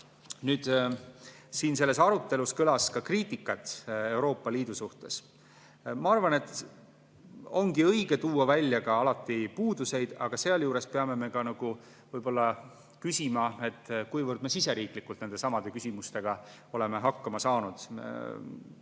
Nüüd, siin selles arutelus kõlas ka kriitikat Euroopa Liidu suhtes. Ma arvan, et ongi õige tuua välja ka alati puudusi, aga sealjuures peame me võib-olla küsima, kuivõrd me oleme riigisiseselt nendesamade küsimustega hakkama saanud.